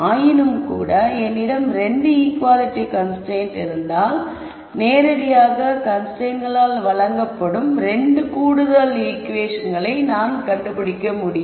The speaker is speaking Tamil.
ஆயினும்கூட என்னிடம் 2 ஈக்குவாலிட்டி கன்ஸ்ரைன்ட்கள் இருந்தால் நேரடியாக கன்ஸ்ரைன்ட்களால் வழங்கப்படும் 2 கூடுதல் ஈகுவேஷன்களை நான் கண்டுபிடிக்க வேண்டும்